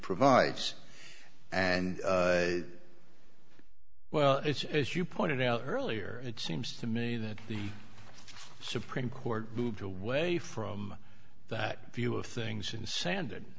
provides and well it's as you pointed out earlier it seems to me that the supreme court moved away from that view of things in sand